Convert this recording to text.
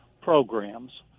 programs